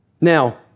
Now